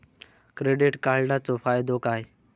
Credit कार्डाचो फायदो काय?